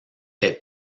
est